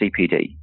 CPD